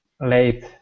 late